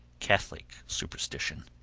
catholic superstition.